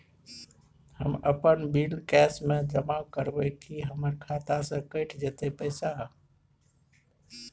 हम अपन bill cash म जमा करबै की हमर खाता स कैट जेतै पैसा?